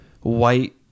white